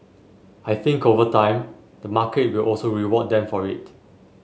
I think over time the market will also reward them for it